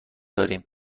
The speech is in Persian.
داریم